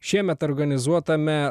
šiemet organizuotame